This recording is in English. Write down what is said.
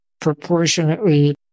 Proportionately